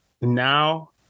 Now